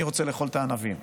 אני רוצה לאכול את הענבים.